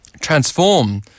transform